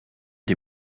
des